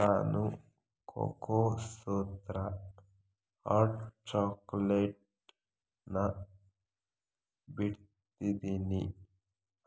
ನಾನು cocoa Sutra hot ಚಾಕೊಲೇಟ್ನ ಬಿಡ್ತಿದ್ದೀನಿ